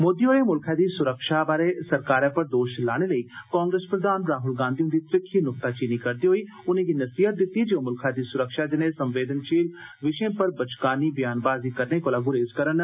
मोदी होरें मुल्खै दी बारै सरकारै पर दोष लाने लेई कांग्रेस प्रधान राहुल गांधी हुन्दी त्रिक्खी नुक्ताचीनी करदे होई उनेंगी नसीयत दित्ती जे ओ मुल्खै दी सुरक्षा जनेह संवेदनशील विषय पर बचकानी वयानवाजी करने कोला गुरेज करन